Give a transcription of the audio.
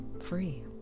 free